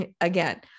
again